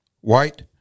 White